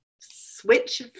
switch